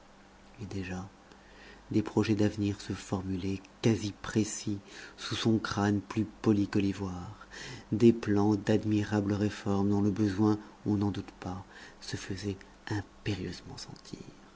et déjà des projets d'avenir se formulaient quasi précis sous son crâne plus poli que l'ivoire des plans d'admirables réformes dont le besoin on n'en doute pas se faisait impérieusement sentir